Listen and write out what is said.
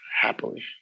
happily